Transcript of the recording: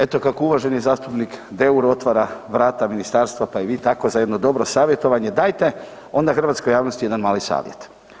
Eto kako uvaženi zastupnik Deur otvara vrata ministarstva pa i vi tako za jedno dobro savjetovanje, dajte onda hrvatskoj javnosti jedan mali savjet.